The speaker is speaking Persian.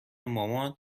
مامان